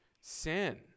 sin